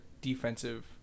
defensive